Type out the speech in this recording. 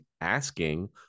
asking